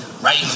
right